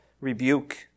rebuke